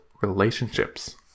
relationships